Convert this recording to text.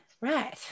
Right